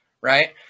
right